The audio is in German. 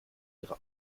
ihre